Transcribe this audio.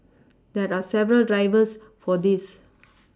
there are several drivers for this